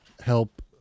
help